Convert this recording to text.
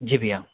जी भैया